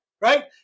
right